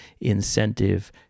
incentive